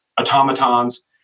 automatons